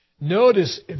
Notice